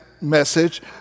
message